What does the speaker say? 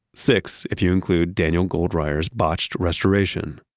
six, if you include daniel goldreyer's botched restoration.